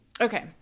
Okay